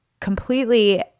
completely